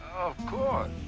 course.